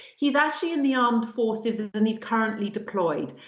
he's actually in the armed forces and he's currently deployed.